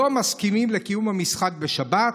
לא מסכימים לקיום המשחק בשבת,